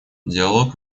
диалог